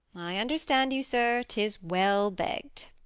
i understand you, sir t is well begg'd.